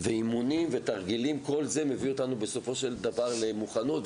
ואימונים ותרגילים כל זה מביא אותנו בסופו של דבר למוכנות,